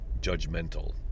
judgmental